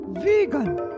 Vegan